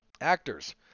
actors